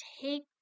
take